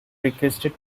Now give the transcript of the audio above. requested